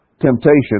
temptation